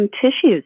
tissues